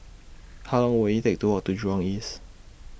How Long Will IT Take to Walk to Jurong East